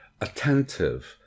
attentive